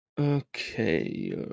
Okay